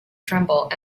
tremble